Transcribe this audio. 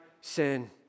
sin